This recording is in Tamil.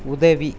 உதவி